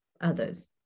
others